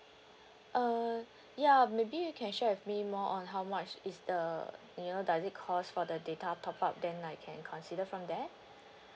uh ya maybe you can share with me more on how much is the you know does it cost for the data top up then I can consider from there